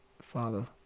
Father